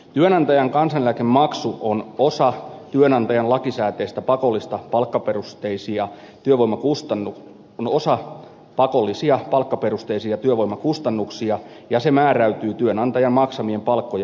työnantajan kansaneläkemaksu on osa työnantajan lakisääteisiä pakollisia palkkaperusteisia työvoimakustannuksia ja se määräytyy työnantajan maksamien palkkojen perusteella